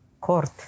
court